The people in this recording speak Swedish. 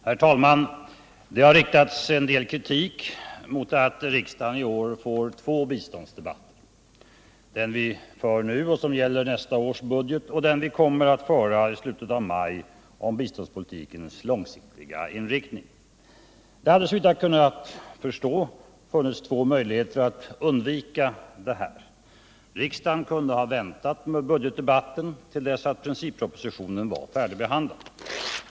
Herr talman! Det har riktats en del kritik mot att riksdagen i år får två biståndsdebatter — den vi för nu och som gäller nästa års budget och den vi kommer att föra i slutet av maj om biståndspolitikens långsiktiga inriktning. Det hade såvitt jag kunnat förstå funnits två möjligheter att undvika detta. Riksdagen kunde ha väntat med budgetdebatten till dess princippropositionen var färdigbehandlad.